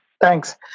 Thanks